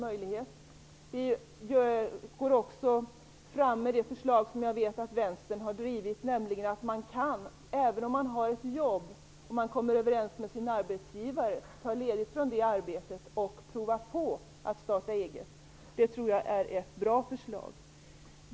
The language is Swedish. Vi lägger också fram det förslag som jag vet att Vänstern har drivit. Det går ut på att man även om man har ett jobb kan komma överens med sin arbetsgivare om att ta ledigt från jobbet och prova på att starta eget. Det tror jag är ett bra förslag.